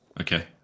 Okay